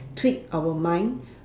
tweak our mind